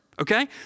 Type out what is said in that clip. Okay